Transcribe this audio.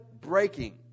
breaking